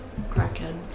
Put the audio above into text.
crackhead